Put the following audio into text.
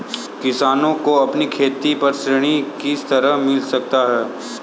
किसानों को अपनी खेती पर ऋण किस तरह मिल सकता है?